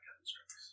constructs